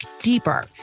deeper